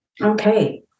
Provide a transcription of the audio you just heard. Okay